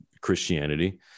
Christianity